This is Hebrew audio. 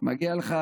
מגיע לך,